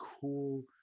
cool